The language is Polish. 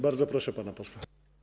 Bardzo proszę pana posła.